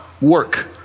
work